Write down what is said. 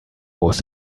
muss